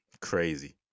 Crazy